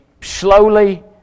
slowly